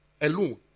alone